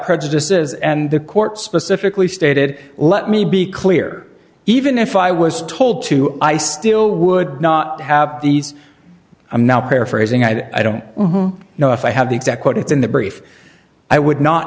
prejudices and the court specifically stated let me be clear even if i was told to i still would not have these i'm now paraphrasing i don't know if i have the exact quote it's in the brief i would not